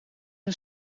een